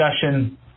discussion